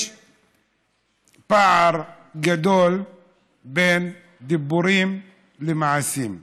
יש פער גדול בין דיבורים למעשים.